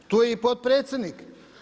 Tu je i potpredsjednik.